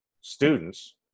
students